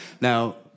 Now